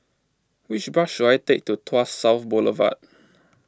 which bus should I take to Tuas South Boulevard